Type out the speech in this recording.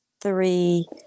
three